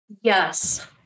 yes